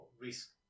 risk